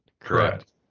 Correct